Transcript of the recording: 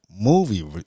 movie